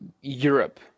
Europe